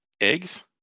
Eggs